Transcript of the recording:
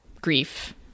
grief